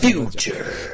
Future